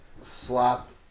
slapped